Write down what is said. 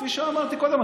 כפי שאמרתי קודם,